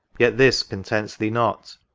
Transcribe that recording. yet this contents thee not.